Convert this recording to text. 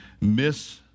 miss